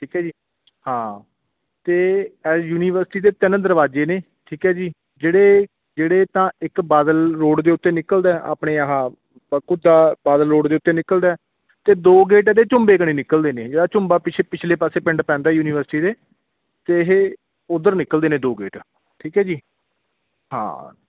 ਠੀਕ ਹੈ ਜੀ ਹਾਂ ਅਤੇ ਇਹ ਯੂਨੀਵਰਸਿਟੀ ਦੇ ਤਿੰਨ ਦਰਵਾਜ਼ੇ ਨੇ ਠੀਕ ਹੈ ਜੀ ਜਿਹੜੇ ਜਿਹੜੇ ਤਾਂ ਇੱਕ ਬਾਦਲ ਰੋਡ ਦੇ ਉੱਤੇ ਨਿਕਲਦਾ ਆਪਣੇ ਆਹ ਪ ਘੁੱਡਾ ਬਾਦਲ ਰੋਡ ਦੇ ਉੱਤੇ ਨਿਕਲਦਾ ਅਤੇ ਦੋ ਗੇਟ ਇਹਦੇ ਝੂੰਬੇ ਕਨੀ ਨਿਕਲਦੇ ਨੇ ਜਿਹੜਾ ਝੁੰਬਾ ਪਿਛ ਪਿਛਲੇ ਪਾਸੇ ਪਿੰਡ ਪੈਂਦਾ ਯੂਨੀਵਰਸਿਟੀ ਦੇ ਅਤੇ ਇਹ ਉੱਧਰ ਨਿਕਲਦੇ ਨੇ ਦੋ ਗੇਟ ਠੀਕ ਹੈ ਜੀ